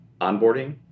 onboarding